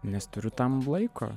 nes turiu tam laiko